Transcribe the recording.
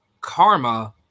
Karma